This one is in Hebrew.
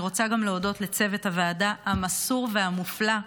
אני רוצה גם להודות לצוות הוועדה המסור והמופלא: